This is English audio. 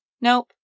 Nope